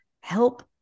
help